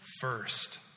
first